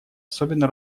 особенно